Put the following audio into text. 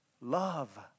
love